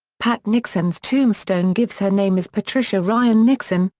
pat nixon's tombstone gives her name as patricia ryan nixon,